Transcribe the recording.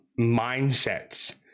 mindsets